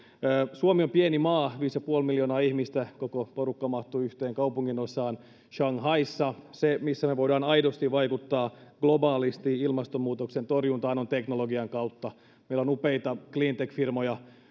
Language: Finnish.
suomi on pieni maa viisi ja puoli miljoonaa ihmistä koko porukka mahtuu yhteen kaupunginosaan shanghaissa se miten me voimme aidosti vaikuttaa globaalisti ilmastonmuutoksen torjuntaan on teknologian kautta meillä on upeita cleantech firmoja